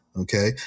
Okay